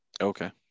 Okay